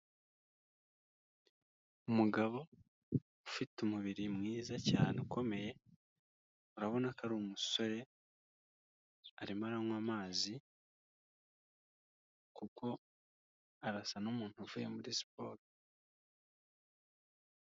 Umugabo ufite umubiri mwiza cyane ukomeye ,urabona ko ari umusore arimo aranywa amazi ,kuko arasa n'umuntu uvuye muri siporo.